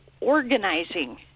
organizing